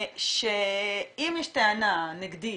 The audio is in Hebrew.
אם יש טענה נגדית